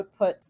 outputs